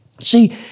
See